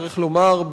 צריך לומר,